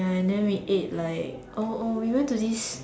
ya and than we ate like oh oh we went to this